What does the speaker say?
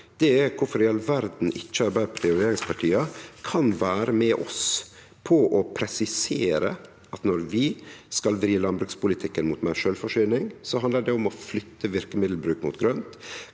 vår er kvifor i all verda Arbeidarpartiet og regjeringspartia ikkje kan vere med oss på å presisere at når vi skal vri landbrukspolitikken mot meir sjølvforsyning, handlar det om å flytte verkemiddelbruken mot grønt.